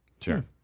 Sure